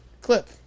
clip